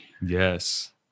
Yes